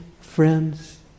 friends